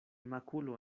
makulo